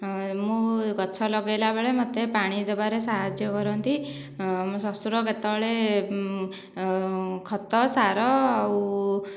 ମୁଁ ଗଛ ଲଗାଇଲାବେଳେ ମୋତେ ପାଣି ଦେବାରେ ସାହାଯ୍ୟ କରନ୍ତି ମୋ ଶ୍ୱଶୁର କେତେବେଳେ ଖତ ସାର ଆଉ